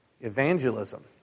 evangelism